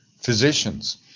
physicians